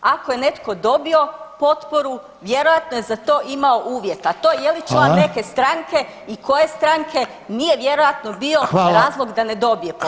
Ako je netko dobio potporu vjerojatno je za to imao uvjet, a to je li član neke stranke i koje stranke nije vjerojatno bio razlog da ne dobije potporu.